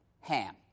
Ham